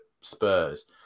Spurs